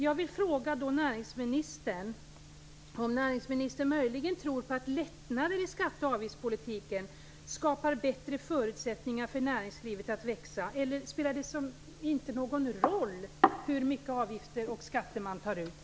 Jag vill fråga näringsministern om näringsministern möjligen tror att lättnader i skatte och avgiftspolitiken skapar bättre förutsättningar för näringslivet att växa. Eller spelar det liksom inte någon roll hur mycket avgifter och skatter man tar ut?